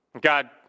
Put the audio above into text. God